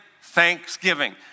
thanksgiving